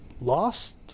lost